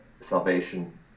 salvation